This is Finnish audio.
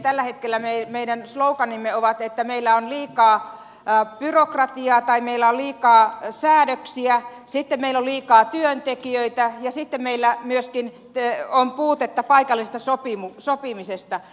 tällä hetkellä meidän sloganimme ovat että meillä on liikaa byrokratiaa tai meillä on liikaa säädöksiä sitten meillä on liikaa työntekijöitä ja sitten meillä myöskin on puutetta paikallisesta sopimisesta